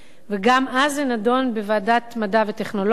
וגם אז זה נדון בוועדת המדע והטכנולוגיה,